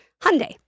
Hyundai